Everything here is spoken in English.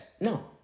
No